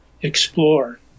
explore